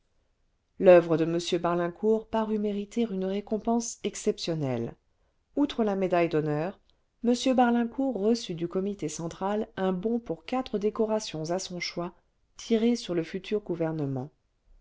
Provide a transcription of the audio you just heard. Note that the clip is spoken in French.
l'oeuvre de m barlincourt parut mériter une récompense exceptionnelle outre la médaille d'honneur m barlincourt reçut du comité central un bon pour quatre décorations à son choix tiré sur le futur gouvernement